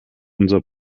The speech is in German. unser